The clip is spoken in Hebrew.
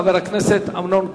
חבר הכנסת אמנון כהן.